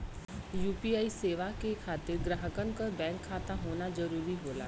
UPI सेवा के खातिर ग्राहकन क बैंक खाता होना जरुरी होला